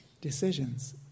decisions